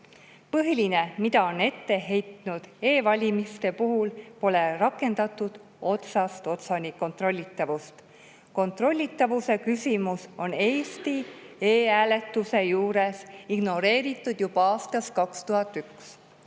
Põhiline, mida on ette heidetud e‑valimiste puhul, on see, et pole rakendatud otsast otsani kontrollitavust. Kontrollitavuse küsimust on Eesti e‑hääletuse juures ignoreeritud juba aastast 2001.